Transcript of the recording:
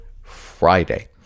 Friday